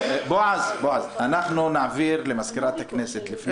בועז, אנחנו נעביר למזכירת הכנסת לפני.